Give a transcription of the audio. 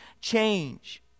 change